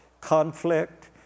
conflict